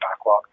backlog